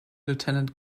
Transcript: lieutenant